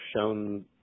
shown